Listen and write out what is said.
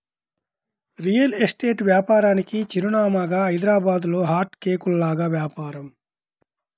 real estate వ్యాపారానికి చిరునామాగా హైదరాబాద్లో హాట్ కేకుల్లాగా వ్యాపారం